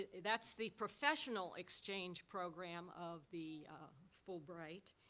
that's the professional exchange program of the fulbright.